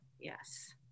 yes